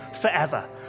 forever